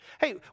Hey